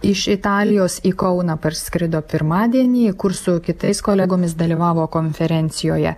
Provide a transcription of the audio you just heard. iš italijos į kauną parskrido pirmadienį kur su kitais kolegomis dalyvavo konferencijoje